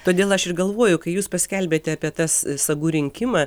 todėl aš ir galvoju kai jūs paskelbėte apie tas sagų rinkimą